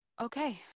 Okay